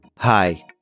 Hi